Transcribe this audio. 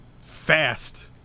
fast